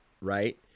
right –